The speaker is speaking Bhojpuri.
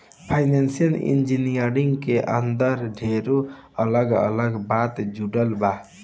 फाइनेंशियल इंजीनियरिंग के अंदर ढेरे अलग अलग बात जुड़ल बा